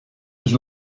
his